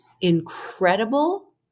incredible